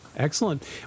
excellent